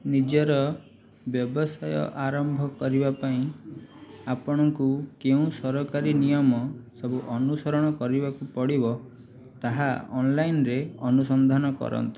ନିଜର ବ୍ୟବସାୟ ଆରମ୍ଭ କରିବା ପାଇଁ ଆପଣଙ୍କୁ କେଉଁ ସରକାରୀ ନିୟମ ସବୁ ଅନୁସରଣ କରିବାକୁ ପଡ଼ିବ ତାହା ଅନ୍ଲାଇନ୍ରେ ଅନୁସନ୍ଧାନ କରନ୍ତୁ